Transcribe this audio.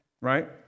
right